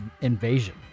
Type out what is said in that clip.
invasion